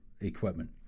equipment